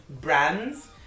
brands